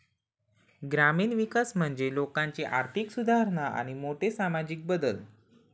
ग्रामीण विकास म्हणजे लोकांची आर्थिक सुधारणा आणि मोठे सामाजिक बदल